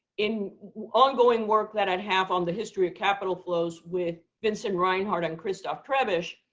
in ongoing work that i have on the history of capital flows with vincent reinhart and christoph trebesch,